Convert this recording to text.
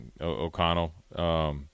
O'Connell